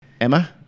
Emma